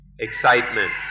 excitement